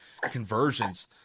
conversions